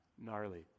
Gnarly